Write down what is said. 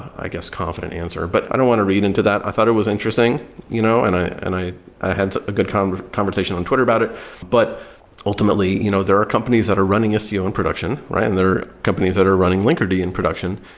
i guess confident answer. but i don't want to read into that. i thought it was interesting you know and i and i ah had a good kind of conversation on twitter about it but ultimately, you know there are companies that are running istio in production, right? and there are companies that are running linkerd in production.